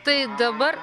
tai dabar